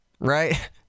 Right